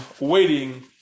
waiting